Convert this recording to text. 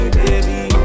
baby